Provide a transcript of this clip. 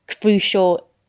crucial